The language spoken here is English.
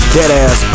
Deadass